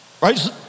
right